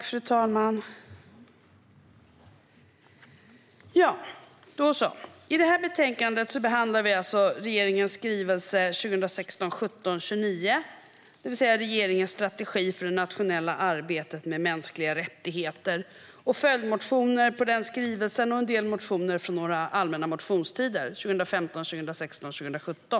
Fru talman! I det här betänkandet behandlar vi regeringens skrivelse 2016/17:29, det vill säga Regeringens strategi för det nationella arbetet med mänskliga rättigheter samt följdmotioner på skrivelsen och en del motioner från allmänna motionstiden 2015, 2016 och 2017.